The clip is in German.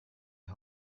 die